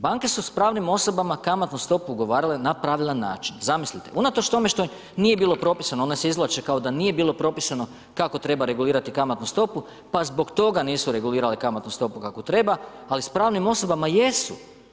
Banke su s pravnim osobama kamatnu stopu ugovorile na pravilan način, zamislite, unatoč tome što nije bilo propisano, one se izvlače kao da nije bilo propisano kako treba regulirati kamatnu stopu pa zbog toga nisu regulirale kamatnu stopu kakvu treba, ali s pravnim osobama jesu.